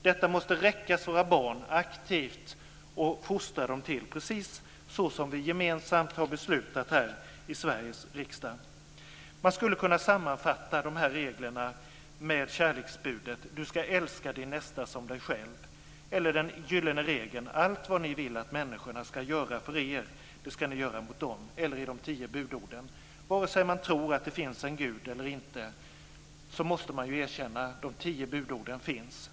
Detta måste räckas till våra barn aktivt och fostra dem precis så som vi gemensamt har beslutat om i Sveriges riksdag. Man skulle kunna sammanfatta de här reglerna med kärleksbudet - du ska älska din nästa som dig själv, eller med den gyllene regeln - allt vad ni vill att människorna ska göra för er, det ska ni göra för dem, eller med de tio budorden. Vare sig man tror att det finns en gud eller inte så måste man ju erkänna att de tio budorden finns.